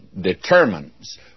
determines